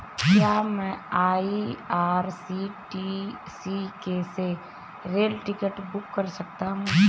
क्या मैं आई.आर.सी.टी.सी से रेल टिकट बुक कर सकता हूँ?